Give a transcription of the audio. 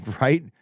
Right